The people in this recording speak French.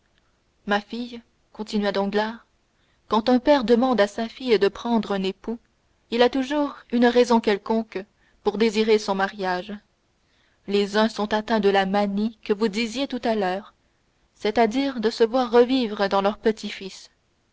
ma fille continua danglars quand un père demande à sa fille de prendre un époux il a toujours une raison quelconque pour désirer son mariage les uns sont atteints de la manie que vous disiez tout à l'heure c'est-à-dire de se voir revivre dans leurs petits-fils